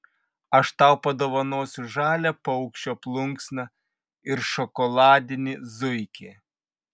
aš tau padovanosiu žalią paukščio plunksną ir šokoladinį zuikį